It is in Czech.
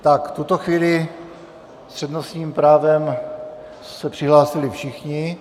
Tak v tuto chvíli s přednostním právem se přihlásili všichni.